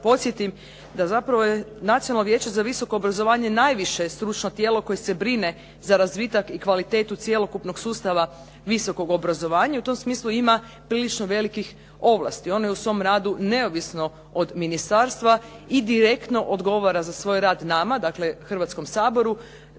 podsjetim da zapravo je Nacionalno vijeće za visoko obrazovanje najviše stručno tijelo koje se brine za razvitak i kvalitetu cjelokupnog sustava visokog obrazovanja i u tom smislu ima prilično velikih ovlasti. Ona je u svom radu neovisno od ministarstva i direktno odgovara za svoj rad nama, dakle Hrvatskom saboru